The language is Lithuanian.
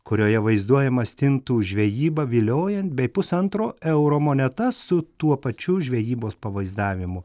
kurioje vaizduojama stintų žvejyba viliojant bei pusantro euro moneta su tuo pačiu žvejybos pavaizdavimu